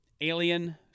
Alien